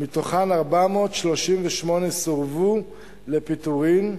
מתוכן 438 סורבו לפיטורין,